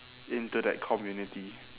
into that community